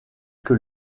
que